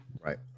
right